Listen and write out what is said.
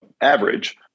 average